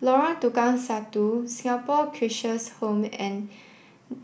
Lorong Tukang Satu Singapore Cheshire Home and